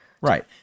Right